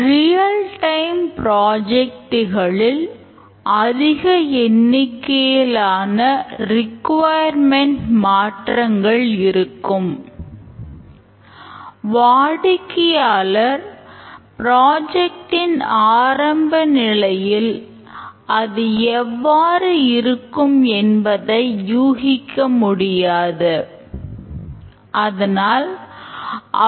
water fall model இன் உருவாக்கம் அந்த திட்டத்தின் அடிப்படையில் செல்கிறதா என்பதை கண்காணிக்க வேண்டும்